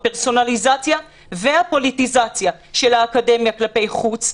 את הפרסונליזציה והפוליטיציה של האקדמיה כלפי חוץ,